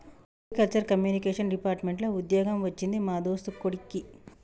agriculture communication department లో వుద్యోగం వచ్చింది మా దోస్తు కొడిక్కి